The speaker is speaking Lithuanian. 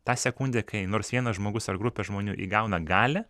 tą sekundę kai nors vienas žmogus ar grupė žmonių įgauna galią